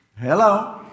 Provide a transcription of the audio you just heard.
hello